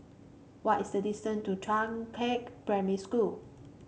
what is the distance to Changkat Primary School